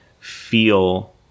feel